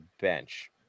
bench